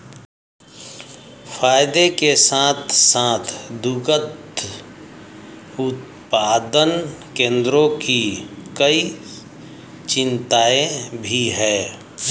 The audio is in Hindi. फायदे के साथ साथ दुग्ध उत्पादन केंद्रों की कई चिंताएं भी हैं